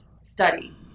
study